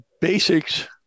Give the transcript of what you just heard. basics